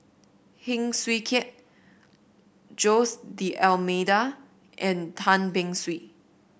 Heng Swee Keat Jose D'Almeida and Tan Beng Swee